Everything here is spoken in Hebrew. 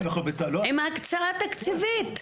עם הקצאה תקציבית.